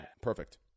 perfect